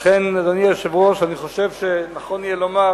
לכן, אדוני היושב-ראש, אני חושב שנכון יהיה לומר